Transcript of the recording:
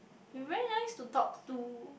you very nice to talk to